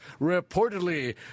reportedly